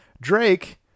Drake